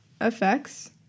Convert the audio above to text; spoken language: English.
Effects